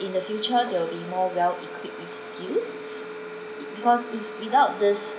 in the future they will be more well equipped with skills because if without this